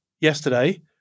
yesterday